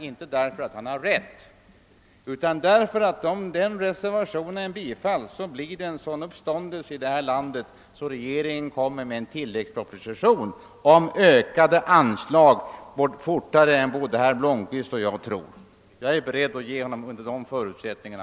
Inte därför att han har rätt utan därför att om den reservationen bifalles blir det en sådan uppståndelse i detta land, att regeringen tvingas lägga fram en tilläggsproposition om ökade anslag fortare än både herr Blomkvist och jag kan ana.